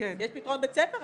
יש הרי פתרון בית ספר.